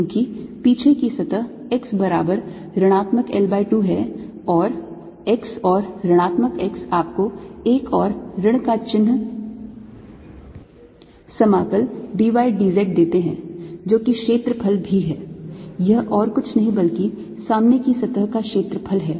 क्योंकि पीछे की सतह x बराबर ऋणात्मक L by 2 है और x और ऋणात्मक x आपको एक और ऋण का चिह्न समाकल d y d z देते हैं जो कि क्षेत्रफल भी है यह और कुछ नहीं बल्कि सामने की सतह का क्षेत्रफल है